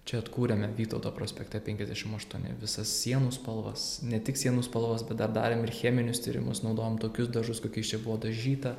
čia atkūrėme vytauto prospekte penkiasdešim aštuoni visas sienų spalvas ne tik sienų spalvas bet dar darėm ir cheminius tyrimus naudojom tokius dažus kokiais čia buvo dažyta